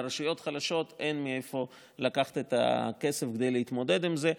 לרשויות חלשות אין מאיפה לקחת את הכסף כדי להתמודד עם זה,